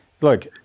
Look